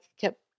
kept